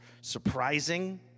surprising